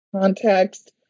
context